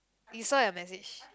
you saw your message